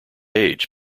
age